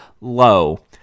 low